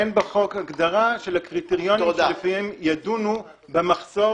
אין בחוק הגדרה של הקריטריונים שלפיהם ידונו במחסור.